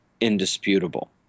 indisputable